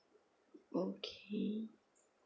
okay